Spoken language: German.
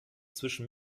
zwischen